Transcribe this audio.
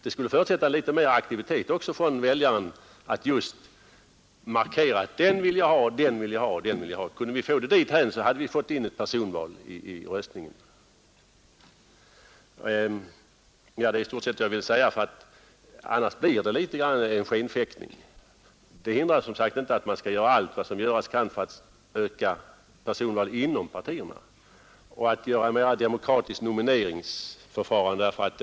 Det skulle också förutsätta litet större aktivitet från väljaren. Kunde vi få det dithän, så hade vi fått ett personval, annars blir det litet grand av en skenfäktning. Men detta hindrar inte att man bör göra allt som göras kan för att öka inslaget av personval inom partierna och att göra nomineringsförfarandet mera demokratiskt.